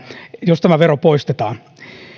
jos tämä vero poistetaan